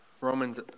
Romans